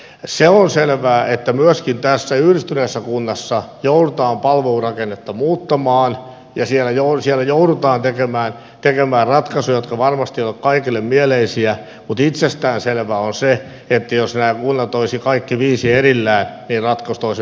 se on selvää että myöskin tässä yhdistyneessä kunnassa joudutaan palvelurakennetta muuttamaan ja siellä joudutaan tekemään ratkaisuja jotka varmasti eivät ole kaikille mieleisiä mutta itsestään selvää on se että jos nämä kunnat olisivat kaikki viisi erillään niin ratkaisut olisivat paljon kovempia